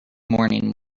morning